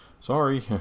sorry